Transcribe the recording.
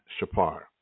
Shapar